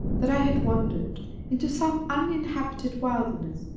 that i had wandered into some uninhabited wilderness,